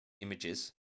images